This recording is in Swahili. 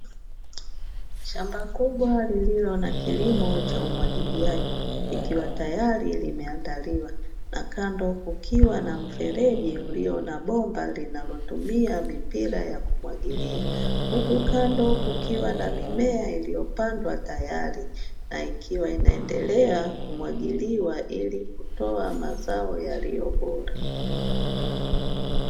Shamba kubwa lililo na kilimo cha umwagilia likiwa tayari limeandaliwa na kando kukiwa na mfereji ulio na bomba linatomutia mpira wa kumwagilia, huku kando kukiwa na mimea iliyopandwa tayari na ikiwa inaendelea kumwagiliwa ili kutoa mazao yaliyo bora.